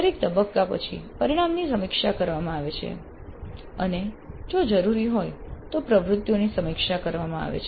દરેક તબક્કા પછી પરિણામની સમીક્ષા કરવામાં આવે છે અને જો જરૂરી હોય તો પ્રવૃત્તિઓની સમીક્ષા કરવામાં આવે છે